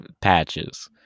patches